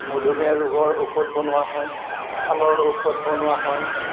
মধুমেহ ৰোগৰ ঔষধ বনোৱা হয় ছালৰ ঔষধ বনোৱা হয়